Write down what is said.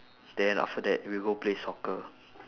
then after that we'll go play soccer